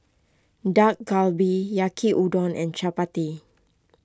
Dak Galbi Yaki Udon and Chapati